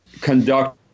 conduct